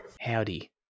Howdy